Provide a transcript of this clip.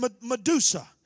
Medusa